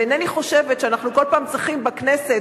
ואינני חושבת שאנחנו כל פעם צריכים בכנסת,